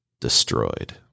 destroyed